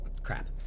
Crap